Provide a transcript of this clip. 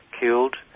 killed